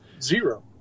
Zero